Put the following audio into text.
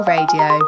Radio